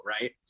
right